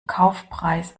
kaufpreis